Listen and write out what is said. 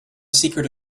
secret